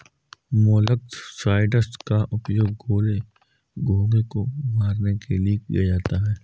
molluscicides का उपयोग गोले, घोंघे को मारने के लिए किया जाता है